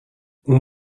اون